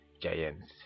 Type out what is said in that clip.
giants